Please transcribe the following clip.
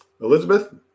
Elizabeth